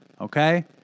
Okay